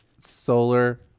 Solar